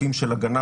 בחקיקה